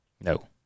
No